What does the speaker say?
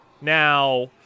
Now